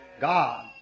God